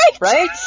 Right